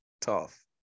Tough